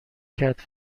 کرد